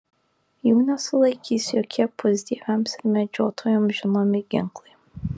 jų nesulaikys jokie pusdieviams ir medžiotojoms žinomi ginklai